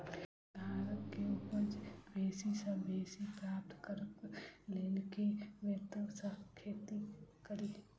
सिंघाड़ा केँ उपज बेसी सऽ बेसी प्राप्त करबाक लेल केँ ब्योंत सऽ खेती कड़ी?